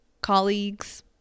colleagues